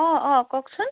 অঁ অঁ কওকচোন